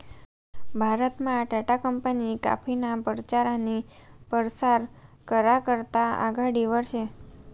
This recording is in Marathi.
भारतमा टाटा कंपनी काफीना परचार आनी परसार करा करता आघाडीवर शे